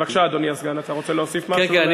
בבקשה, אדוני הסגן, אתה רוצה להוסיף משהו?